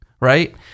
right